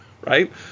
right